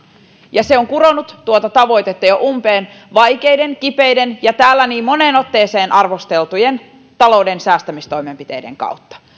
ja se on kuronut tuota tavoitetta jo umpeen vaikeiden kipeiden ja täällä niin moneen otteeseen arvosteltujen talouden säästämistoimenpiteiden kautta